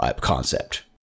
concept